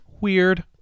Weird